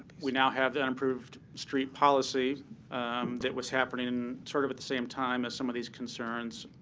we now have that improved street policy that was happening in sort of at the same time as some of these concerns.